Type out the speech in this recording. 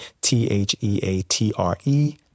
T-H-E-A-T-R-E